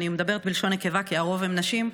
אני מדברת בלשון נקבה כי הרוב הם נשים,